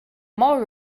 more